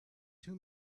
two